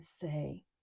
say